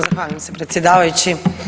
Zahvaljujem se predsjedavajući.